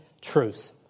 truth